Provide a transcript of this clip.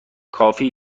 کافی